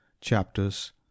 chapters